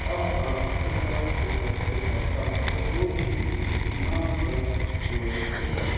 اکھ اکھ صفر صفر صفر اکھ تہٕ او ٹی پی چھُ نَو ستھ ٲٹھ صفر